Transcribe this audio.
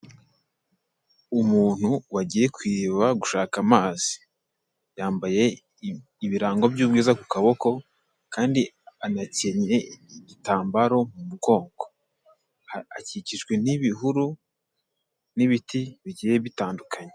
Umuntu wagiye ku iriba gushaka amazi, yambaye ibirango by'ubwiza ku kaboko, kandi anakenyeye igitambaro mu mugongo, akikijwe n'ibihuru, n'ibiti bigiye bitandukanye.